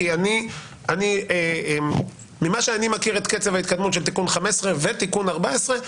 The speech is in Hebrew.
כי אני ממה שאני מכיר את קצב ההתקדמות של תיקון 15 ותיקון 14,